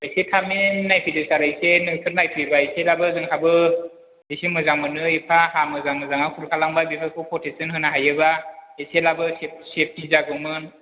एसे थाबैनो नायफैदो सार एसे नोंसोर नायफैयोबा एसेबाबो जोंहाबो एसे मोजां मोनो एफा हा मोजां मोजाङा खुरखालांबाय बेफोरखौ प्रटेगसन होनो हायोबा एसेबाबो सेब सेबटि जागौमोन